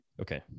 okay